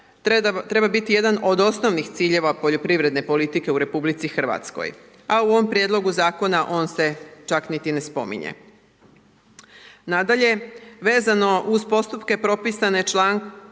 treba biti jedan od osnovnih ciljeva poljoprivredne politike u RH, a u ovom prijedlogu Zakona on se čak niti ne spominje. Nadalje, vezano uz postupke propisane člankom